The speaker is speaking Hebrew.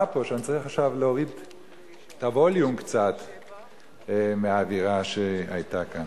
פה שאני צריך עכשיו להוריד קצת את הווליום מהאווירה שהיתה כאן.